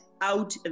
out